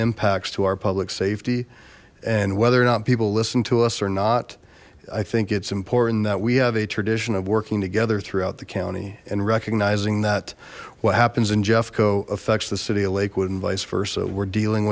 impacts to our public safety and whether or not people listen to us or not i think it's important that we have a tradition of working together throughout the county and recognizing that what happens in jeffco affects the city of lakewood and vice versa we're dealing